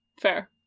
Fair